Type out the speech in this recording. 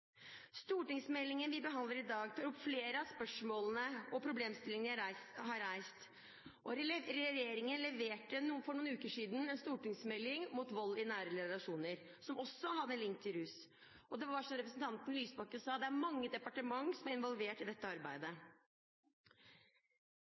Stortingsmeldingen vi behandler i dag, tar opp flere av spørsmålene og problemstillingene jeg har reist, og regjeringen leverte for noen uker siden en stortingsmelding om vold i nære relasjoner som også hadde en link til rus. Det er, som representanten Lysbakken sa, mange departementer som er involvert i dette arbeidet.